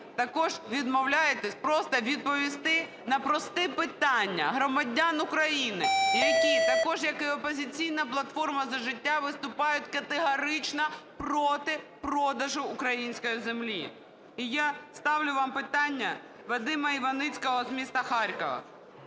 також відмовляєтесь просто відповісти на просте питання громадян України, які також, як і "Опозиційна платформа - За життя", виступають категорично проти продажу української землі. І я ставлю вам питання Вадима Іваницького з міста Харкова.